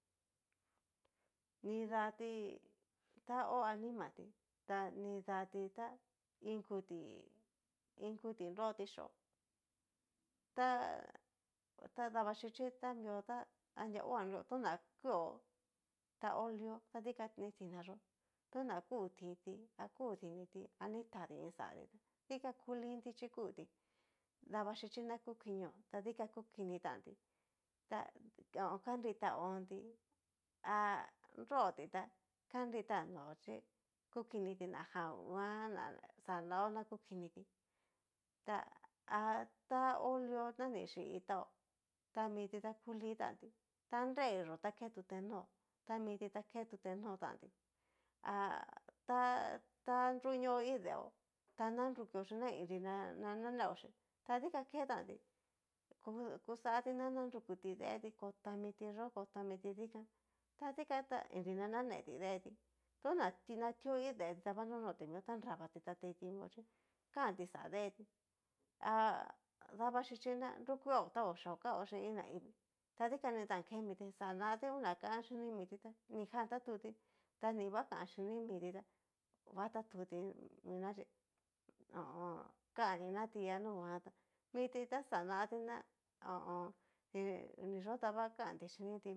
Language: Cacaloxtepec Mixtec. Nidati ta ho animati ta nidati tá inkurti inkuti nrotí xío, ta dabaxhichi ta mió tá anria ho'a nro koña kió, ta ho lio ta dikani tan tina yó, tona kuu titi akú diniti ani tadí iin xatí, dikan ku lin ti chí kuti dabaxhichí na kukinio, ta dikan kukini tanti ta kanrita hon tí, ha nroti ta kanrita nó chi kukiniti na jan nguan na xanaó na kukinití, ta ha ta ho lio na ni xhi iin táo ta miti ta ku lin tan tí, ta nreixó ta ke tute nó'o ta miti ta ke nruti notantí, ata ta nruño iin deeo ta narukio xí na inri na naneoxhí ta dikan ke tantí, kuxati na narukuti deetí ko tamiti yó ko tamiti dikan ta dika na inri na nanetí deti toná na ti'o iin deeti ta va nonoti mió tá nravati ta tinti mió chí kanti xá deetí, ha davxhichí na nrukueo ta oyeo kao xhin naivii ta dikan ni tán ketí xanati una kan xhini miti tá, nijan tatuti ta ni va kan xhini miti tá va tatuti miná chí ho o on. kanina tí a nunguanta mití ta xanatí na ho o on. niyó ta vakanti xhiniti.